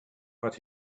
but